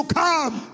come